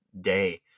day